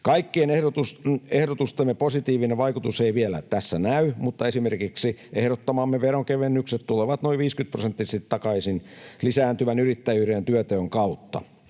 Kaikkien ehdotustemme positiivinen vaikutus ei vielä tässä näy, mutta esimerkiksi ehdottamamme veronkevennykset tulevat noin 50‑prosenttisesti takaisin lisääntyvän yrittäjyyden ja työnteon kautta.